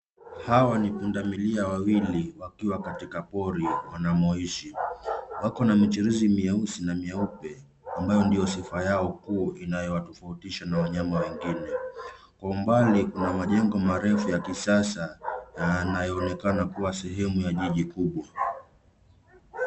Hawa ni punda milia wawili wakiwa katika pori wanamoishi. Wako na michuusi mieusi na meupe ambayo ndiyo sifa yao kuu inayiwatofautisha na wanyama wengine. Kwa umbali kuna majengo marefu ya kisasa yanayoonekana kuwa sehemu ya jiji kubwa.